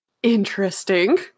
Interesting